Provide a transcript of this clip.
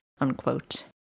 unquote